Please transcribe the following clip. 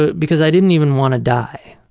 ah because i didn't even want to die.